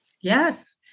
Yes